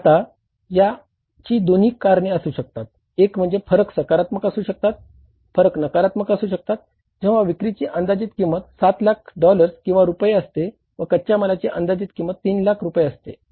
आता याची दोन कारणे असू शकतात एक म्हणजे फरक सकारात्मक असू शकतात फरक नकारात्मक असू शकतात जेव्हा विक्रीची अंदाजित किंमत 7 लाख डॉलर्स किंवा रुपये असते व कच्या मालाची अंदाजित किंमत 3 लाख रुपये असते